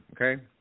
okay